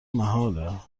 محاله